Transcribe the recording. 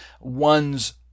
one's